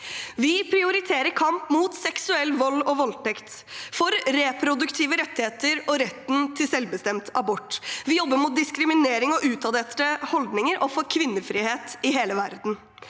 Vi prioriterer kamp mot seksuell vold og voldtekt, for reproduktive rettigheter og retten til selvbestemt abort. Vi jobber mot diskriminering og utdaterte holdninger, og for kvinnefrihet i hele verden.